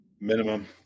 Minimum